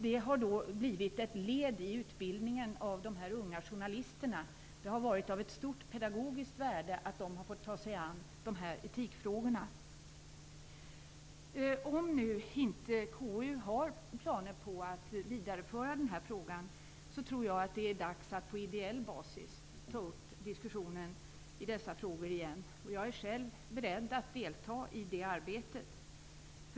Det har blivit ett led i utbildningen av de unga journalisterna. Det har varit av ett stort pedagogiskt värde att de har fått ta sig an dessa etikfrågor. Om inte KU har planer på att vidareföra den här frågan tror jag att det är dags att på ideell basis ta upp diskussionen kring dessa frågor igen. Jag är själv beredd att delta i det arbetet.